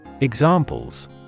Examples